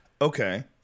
Okay